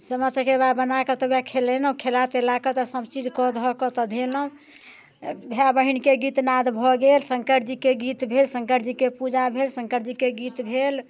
सामा चकेबा बनाके तेहिके बाद खेलेलहुँ खेला तेलाके सभ चीज कऽके धयलहुँ भाय बहीनके गीत नाद भऽ गेल शङ्करजीके गीत भेल शङ्करजीके पूजा भेल शङ्कर जीके गीत भेल